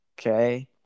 Okay